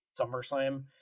SummerSlam